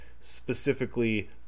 specifically